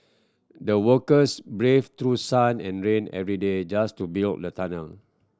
the workers braved through sun and rain every day just to build the tunnel